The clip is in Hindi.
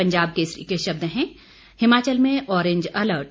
पंजाब केसरी के शब्द हैं हिमाचल में ऑरेंज अलर्ट